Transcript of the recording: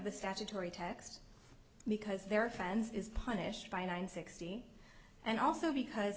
the statutory text because their friends is punished by nine sixteen and also because